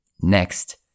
next